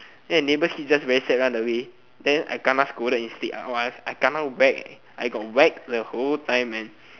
then the neighbor's kid just very sad just run away then I scolded instead !wah! I kena whack I got whacked the whole time man